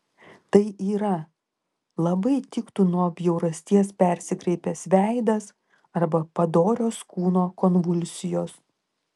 tai yra labai tiktų nuo bjaurasties persikreipęs veidas arba padorios kūno konvulsijos